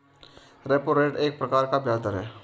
repo rate एक प्रकार का ब्याज़ दर है